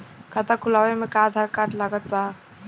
खाता खुलावे म आधार कार्ड लागत बा का?